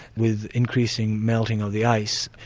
with increasing melting of the ice,